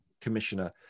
commissioner